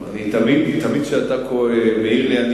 תמיד כשאתה מעיר לי,